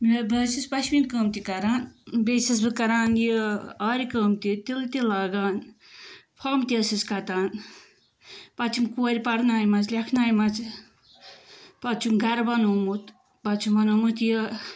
مےٚ بہٕ حظ چھس پشمیٖن کٲم تہِ کَران بیٚیہِ چھس بہٕ کَران یہِ آرِ کٲم تہِ تِلہٕ تہِ لاگان فَمب تہِ ٲسٕس کَتان پَتہٕ چھم کورِ پرناوِمَژٕ لٮ۪کھناوِمَژٕ پَتہٕ چھُم گَرٕ بَنومُت پَتہٕ چُھم بَنومُت یہِ